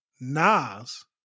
Nas